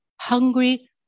hungry